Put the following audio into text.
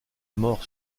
mort